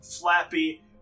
Flappy